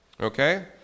Okay